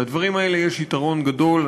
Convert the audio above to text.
לדברים האלה יש יתרון גדול.